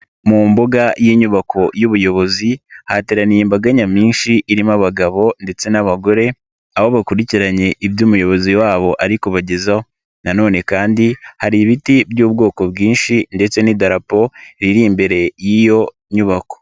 Mu mbuga y'inyubako y'ubuyobozi hateraniye imbaga nyamwinshi irimo abagabo ndetse n'abagore aho bakurikiranye iby'umuyobozi wabo ari kubagezaho nanone kandi hari ibiti by'ubwoko bwinshi ndetse n'idarapo iriri imbere y'iyo nyubako.